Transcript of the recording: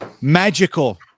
magical